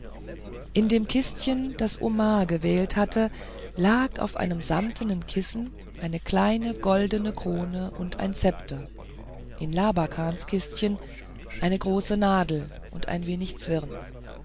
in dem kistchen das omar gewählt hatte lag auf einem samtenen kissen eine kleine goldene krone und ein szepter in labakans kistchen eine große nadel und ein wenig zwirn